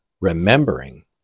remembering